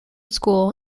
school